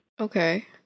Okay